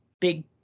big